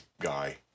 guy